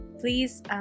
please